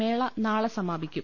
മേള നാളെ സമാപിക്കും